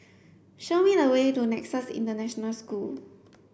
show me the way to Nexus International School